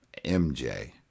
MJ